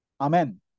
Amen